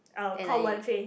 uh called Wen Fei